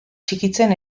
txikitzen